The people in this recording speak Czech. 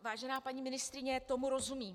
Vážená paní ministryně, tomu rozumím.